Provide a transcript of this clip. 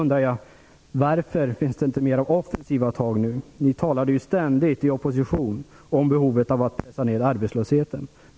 Varför tar man inga offensiva tag? Ni socialdemokrater talade ju ständigt i oppositionsställning om behovet av att sanera arbetslösheten.